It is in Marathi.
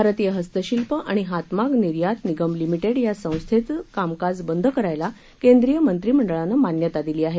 भारतीय हस्तशिल्प आणि हातमाग निर्यात निगम लिमिटेड या संस्थेचं कामकाज बंद करायला केंद्रीय मंत्रिमंडळानं मान्यता दिली आहे